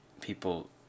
people